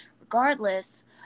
regardless